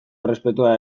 errespetua